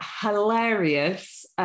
hilarious